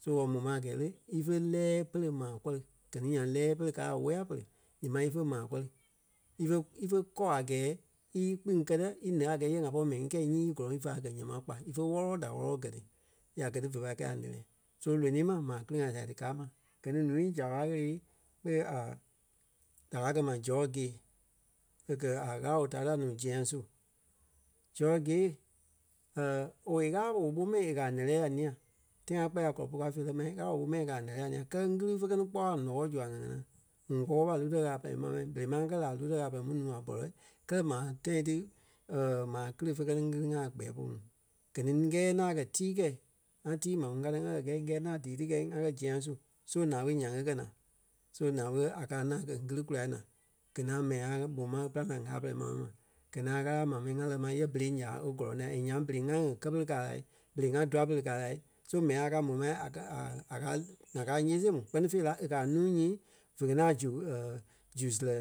So e mó ma a gɛɛ le, ífe lɛ́ɛ pere maa kɔri. Gɛ ni nyaŋ lɛ́ɛ pere káa a wóya pere ǹyɛɛ ma ífe maa kɔri ífe- ífe kɔ a gɛɛ í íkpîŋ kɛtɛ í ǹɛ a gɛɛ yɛ ŋa pɔri mɛni ŋí kɛi nyii í gɔlɔŋ ífa gɛi ǹyɛɛ mai kpa ífe wɔ́lɔ-wɔlɔ da wɔlɔ-wɔlɔ gɛ́ ti. Ya gɛ́ ti ve pai kɛi a ǹɛ́lɛɛ. So lonii ma maa kili-ŋa sia ti kaa ma. Gɛ ni ǹúui zaaɓa ɣele ɓe a da káa kɛ́ ma George Gaye e kɛ̀ a Ɣâla woo Doctor ní Zeasue. George Gaye owei Ɣâla woo ɓó mɛni e kɛ̀ a nɛ́lɛɛ a ńîa tãi ŋa kpɛɛ la kɔlɔ puu kao feerɛ ma Ɣâla woo ɓo mɛni e kɛ̀ a nɛ́lɛɛ a ńîa kɛlɛ ŋili fe kɛ́ ni kpɔ́ a nɔɔ zu ŋa ŋanaa. ŋuŋ kpɔɔi ɓa Lûtɛ Ɣâla pɛrɛ maa mɛni berei maŋ ŋa kɛ la Lûtɛ Ɣâla pɛrɛ nuu a bɔlɔ kɛ́lɛ maa tãi ti maa kili fé kɛ́ ní ŋili-ŋa a kpɛɛ polu. Gɛ ni ŋ́gɛɛ ŋaŋ kɛ̀ tii kɛi ŋá tii maa ŋuŋ ka ti ŋa kɛ́ gɛ̂i ŋ́gɛɛ ŋaŋ díi ti kɛi ŋa kɛ́ Zeasue. So naa ɓé nyaŋ í kɛ́ naa. So naa ɓe a kaa ŋaŋ ŋili kula naa gɛ ŋaŋ mɛni ŋai ŋí ɓó ma e pîlaŋ la ŋâla pɛrɛ maa mɛni ma. Gɛ́ ŋaŋ Ɣâla maa mɛni ŋaa lɛ́ ma yɛ berei nyaa e gɔlɔŋ la and nyaŋ berei ŋa ŋá kɛ pere káa lai, berei ŋá dûa-pere káa lai. So mɛni a kaa mó ma a kɛ̀ a, a kaa ŋa káa ńyee see mu kpɛ́ni fêi la e kaa a nuu nyii ve kɛ ni a zu zu sirɛ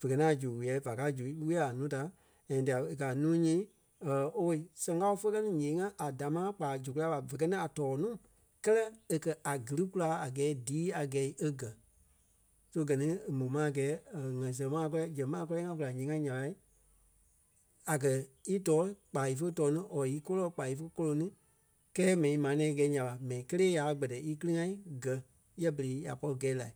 vé kɛ ni a zu wuyɛ va kaa zu wúya a núu da and tela e kɛ a núu nyii owei sɛŋ káo fé kɛ ni ǹyee-ŋa a damaa kpaa zu kula ɓa vé kɛ ni a tɔ́ɔ nuu kɛlɛ e kɛ́ a gili kúla a gɛɛ díi a gɛi e gɛ̀. So gɛ ni e mó ma a gɛɛ ŋ́gɛ sɛŋ maa kɔlɛ zɛŋ maa kɔlɛ ŋa kula ǹyee-ŋa nya ɓa, a kɛ̀ í tɔ́ɔ kpa ífe tɔ́ɔ ni or í kolɔɔ kpaa ífe kole ni kɛɛ mɛni maa nɛ̃ɛ í gɛi nya ɓa mɛni kélee nyaa kpɛtɛ íkili-ŋa gɛ̀ yɛ berei ya pɔri gɛ́ la.